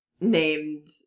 named